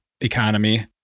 economy